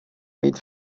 mít